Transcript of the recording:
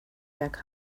back